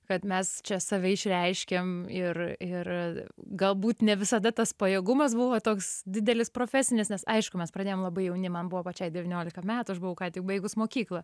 kad mes čia save išreiškiam ir ir galbūt ne visada tas pajėgumas buvo toks didelis profesinis nes aišku mes pradėjom labai jauni man buvo pačiai devyniolika metų aš buvau ką tik baigus mokyklą